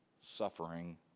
suffering